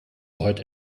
heute